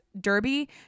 Derby